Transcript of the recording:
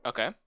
Okay